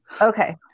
okay